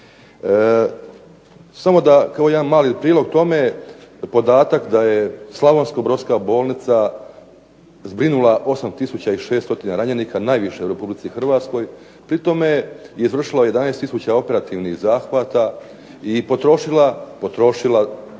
Samo da kao jedan mali prilog tome podatak da je slavonsko-brodska bolnica zbrinula 8 tisuća i 6 stotina ranjenika, najviše u Republici Hrvatskoj. Pri tome je izvršila 11 tisuća operativnih zahvata i potrošila "20 tona